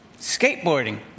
Skateboarding